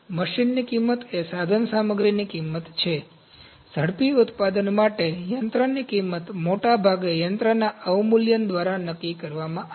મશીનની કિંમત એ સાધનસામગ્રીની કિંમત છે ઝડપી ઉત્પાદન માટે યંત્રની કિંમત મોટાભાગે યંત્રના અવમૂલ્યન દ્વારા નક્કી કરવામાં આવે છે